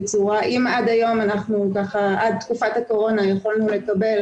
אם עד תקופת הקורונה יכולנו לקבל